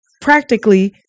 practically